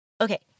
Okay